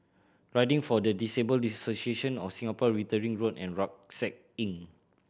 Riding for the Disabled Association of Singapore Wittering Road and Rucksack Inn